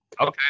Okay